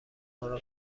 آنرا